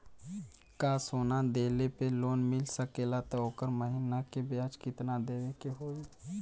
का सोना देले पे लोन मिल सकेला त ओकर महीना के ब्याज कितनादेवे के होई?